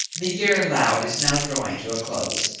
the year allowed is now drawing to a close,